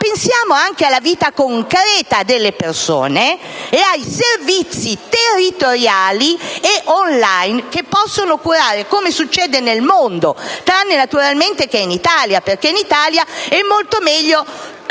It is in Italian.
pensiamo anche alla vita concreta delle persone e ai servizi territoriali e *online* che possono curare, come succede nel mondo, tranne che in Italia perché qui è molto meglio